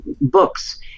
books